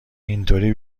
اینطوری